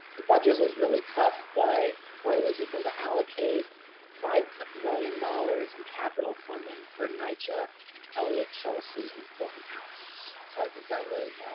the budget was really tough but korea was able to allocate five million dollars in capital funding for nycha elliot chelsea and fulton houses. so i think that was